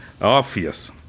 obvious